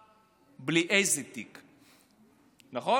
בלי איזה תיק, נכון, אדוני היושב-ראש?